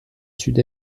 sud